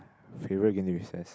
favourite game during recess